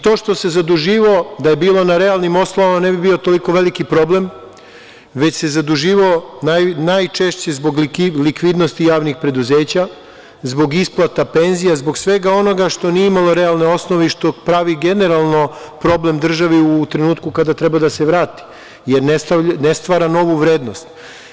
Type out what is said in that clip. To što se zaduživao, da je bilo na realnim osnovama, ne bi bio toliko veliki problem, već se zaduživao najčešće zbog likvidnosti javnih preduzeća, zbog isplata penzija, zbog svega onoga što nije imalo realne osnove i što pravi generalno problem državi u trenutku kada treba da se vrati jer ne stvara novu vrednost.